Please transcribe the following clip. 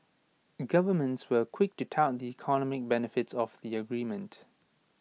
governments were quick to tout the economic benefits of the agreement